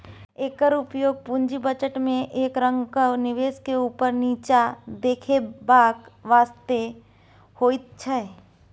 एकर उपयोग पूंजी बजट में एक रंगक निवेश के ऊपर नीचा देखेबाक वास्ते होइत छै